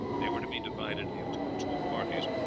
they were to be divided into two parties,